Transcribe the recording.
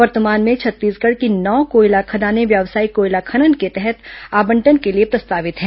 वर्तमान में छत्तीसगढ़ की नौ कोयला खदानें व्यावसायिक कोयला खनन के तहत आवंटन के लिए प्रस्तावित है